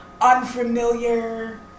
unfamiliar